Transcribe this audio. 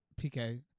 PK